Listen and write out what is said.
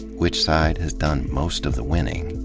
which side has done most of the winning?